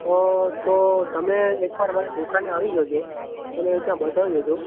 તો તો તમે એકવાર મારી દુકાને આવી જજો અને હિસાબ બતાવી જજો